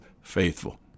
faithful